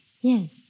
Yes